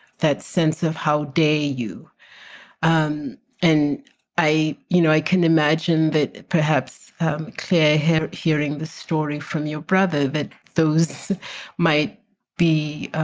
that sense of how day you um and i you know, i can imagine that perhaps claire hare hearing the story from your brother, that those might be